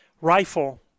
Rifle